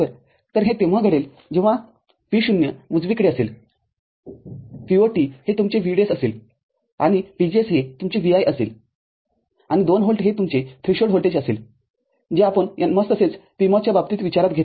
तरहे तेव्हा घडेल जेव्हा Vo उजवीकडे असेल Vo t हे तुमचे VDS असेल आणि VGS हे तुमचे Vi असेल आणि २ व्होल्ट हे तुमचे थ्रीशोल्ड व्होल्टेज असेल जे आपण NMOS तसेच PMOS च्या बाबतीत विचारात घेतले आहे